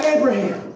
Abraham